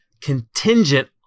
contingent